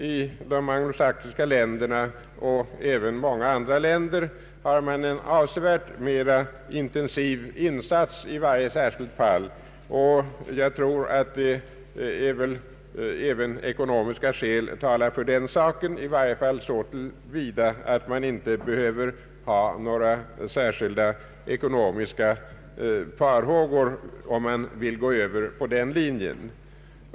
I de anglosaxiska länderna och även i många andra länder gör man en avsevärt mer intensiv insats i de enskilda fallen. Jag tror att även ekonomiska skäl talar för ett sådant tillvägagångssätt, i varje fall så till vida att man inte behöver hysa några särskilda farhågor för ekonomin om man vill gå över på den linjen.